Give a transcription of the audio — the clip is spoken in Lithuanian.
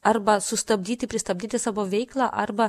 arba sustabdyti pristabdyti savo veiklą arba